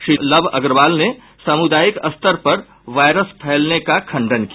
श्री लव अग्रवाल ने सामुदायिक स्तर पर वायरस फैलने का खंडन किया